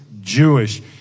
Jewish